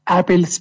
Apple